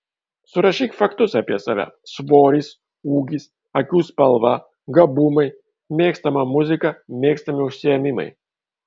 surašyk faktus apie save svoris ūgis akių spalva gabumai mėgstama muzika mėgstami užsiėmimai